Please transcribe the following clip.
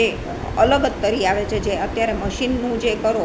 એ અલગ જ તરી આવે છે જે અત્યારે મશીનનું જે કરો